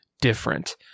different